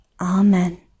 Amen